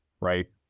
right